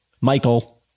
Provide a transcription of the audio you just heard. Michael